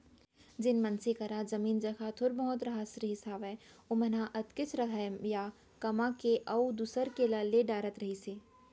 जेन मनसे करा जमीन जघा थोर बहुत रहत रहिस हावय ओमन ह ओतकेच रखय या कमा के अउ दूसर के ला ले डरत रहिस हे